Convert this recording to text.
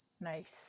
nice